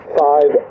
five